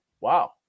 Wow